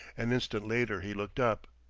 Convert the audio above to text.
an instant later he looked up.